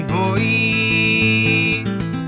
voice